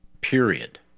Period